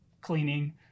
cleaning